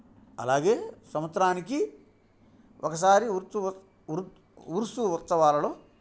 అలాగే సంవత్సరానికి ఒకసారి ఉరుసు ఉత్సవాలలో